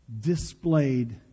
displayed